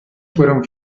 fueron